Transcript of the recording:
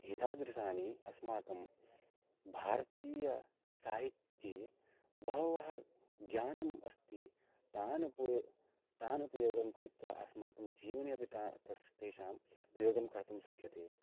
एतादृशानि अस्माकं भारतीय साहित्ये बहवः ज्ञानम् अस्ति तान् पो तान् उपयोगं कृत्वा अस्माकं जीवने अपि ता तस् तेषाम् प्रयोगं कर्तुं शक्यते